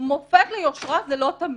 מופת ויושרה זה לא תמיד.